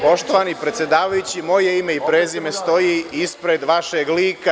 Poštovani predsedavajući, moje ime i prezime stoji ispred vašeg lika.